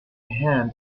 hand